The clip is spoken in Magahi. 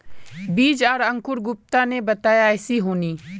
बीज आर अंकूर गुप्ता ने बताया ऐसी होनी?